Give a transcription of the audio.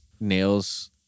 Nail's